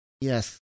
Yes